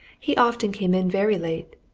he often came in very late.